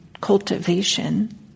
cultivation